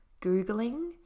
Googling